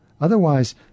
Otherwise